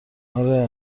اره